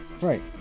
right